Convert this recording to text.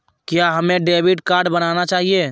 क्या हमें debit card बनाना चाहिए?